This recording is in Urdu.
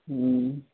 ہوں